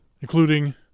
including